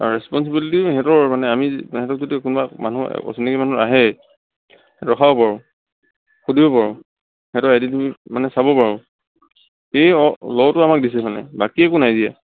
আৰু ৰেছপঞ্চিবিলিটি সিহঁতৰ মানে আমি তেহঁতক যদি কোনোবা মানুহ অচিনাকি মানুহ আহে ৰখাব পাৰোঁ সুধিব পাৰোঁ সিহঁতৰ আইডেণ্টিটি মানে চাব পাৰোঁ এই ল' টো আমাক দিছে মানে বাকী একো নাই দিয়া